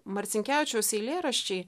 marcinkevičiaus eilėraščiai